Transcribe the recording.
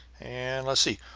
and let's see.